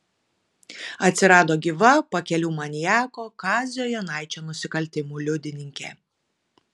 atsirado gyva pakelių maniako kazio jonaičio nusikaltimų liudininkė